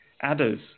adders